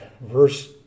verse